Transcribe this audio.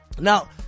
Now